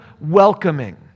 welcoming